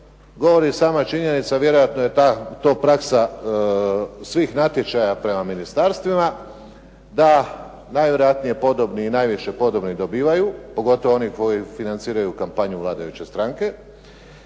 govori sama činjenica. Vjerojatno je to praksa svih natječaja prema ministarstvima da najvjerojatnije podobni i najviše podobni dobivaju pogotovo oni koji financiraju kampanju vladajuće stranke